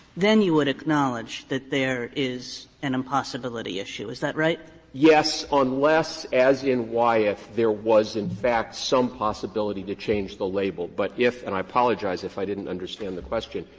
then you would acknowledge that there is an impossibility issue is that right? waxman yes. unless, as in wyeth, there was, in fact, some possibility to change the label, but if and i apologize if i didn't understand the question.